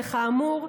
וכאמור,